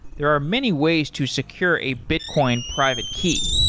there are many ways to secure a bitcoin private key.